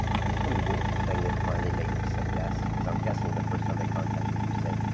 can you tell me what was the thing that finally made you say yes? because i'm guessing the first time they contact and you, you said,